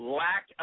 lack